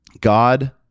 God